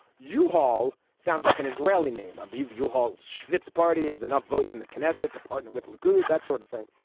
yeah u-haul. sounds like an israeli name of eve yeah u-hauls. schvitz party has enough votes in the knesset to partner with good. that sort of thing.